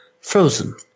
frozen